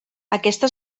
aquesta